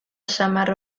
samar